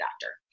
doctor